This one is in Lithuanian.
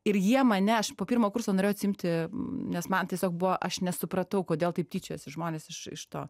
ir jie mane aš po pirmo kurso norėjau atsiimti nes man tiesiog buvo aš nesupratau kodėl taip tyčiojasi žmonės iš iš to